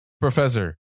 professor